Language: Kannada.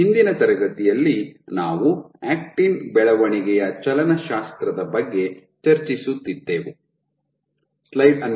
ಹಿಂದಿನ ತರಗತಿಯಲ್ಲಿ ನಾವು ಆಕ್ಟಿನ್ ಬೆಳವಣಿಗೆಯ ಚಲನಶಾಸ್ತ್ರದ ಬಗ್ಗೆ ಚರ್ಚಿಸುತ್ತಿದ್ದೆವು